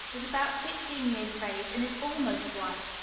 is about sixteen years of age, and is almost white,